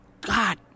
God